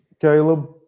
Caleb